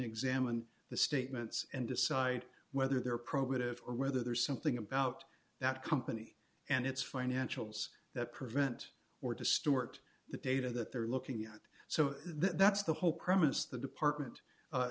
examine the statements and decide whether they're probative or whether there's something about that company and its financials that prevent or distort the data that they're looking at so that's the whole premise the department